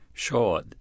Sure